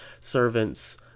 servant's